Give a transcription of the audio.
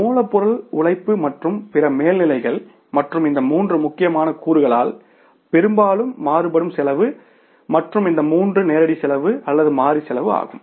மூலப்பொருள் உழைப்பு மற்றும் பிற மேல்நிலைகள் மற்றும் இந்த மூன்று முக்கியமான கூறுகளால் பெரும்பாலும் மாறுபடும் செலவு மற்றும் இந்த மூன்று நேரடி செலவு அல்லது மாறி செலவு ஆகும்